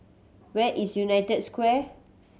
where is United Square